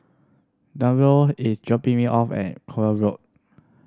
Denver is dropping me off at Koek Road